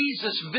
Jesus